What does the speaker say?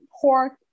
pork